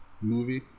movie